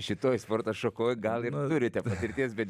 šitoj sporto šakoj gal ir turite patirties bet